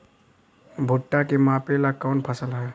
भूट्टा के मापे ला कवन फसल ह?